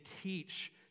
teach